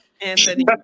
Anthony